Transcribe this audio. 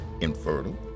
infertile